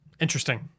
Interesting